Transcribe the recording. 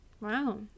Wow